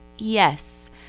Yes